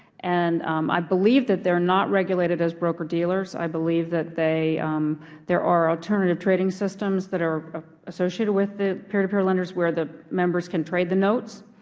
and i believe that they're not regulated as broker dealers. i believe that they there are alternative trading systems that are associated with the peertopeer lenders where the members can trade the notes